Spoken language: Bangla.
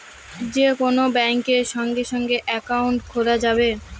যে কোন ব্যাঙ্কে সঙ্গে সঙ্গে একাউন্ট খোলা যাবে